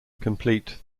complete